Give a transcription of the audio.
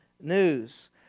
news